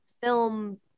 film